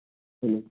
hello